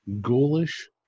ghoulish